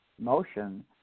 motion